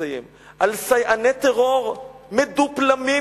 על סייעני טרור מדופלמים,